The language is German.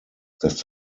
dass